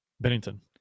Bennington